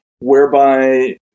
whereby